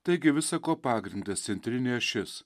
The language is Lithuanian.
taigi visa ko pagrindas centrinė ašis